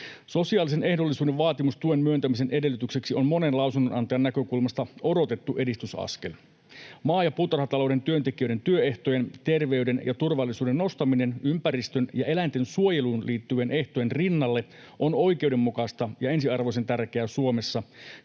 Sosiaalisen ehdollisuuden vaatimus tuen myöntämisen edellytykseksi on monen lausunnonantajan näkökulmasta odotettu edistysaskel. Maa‑ ja puutarhatalouden työntekijöiden työehtojen, terveyden ja turvallisuuden nostaminen ympäristön ja eläinten suojeluun liittyvien ehtojen rinnalle on oikeudenmukaista ja ensiarvoisen tärkeää Suomessa,